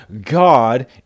God